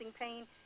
pain